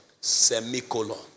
Semicolon